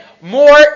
more